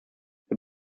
wir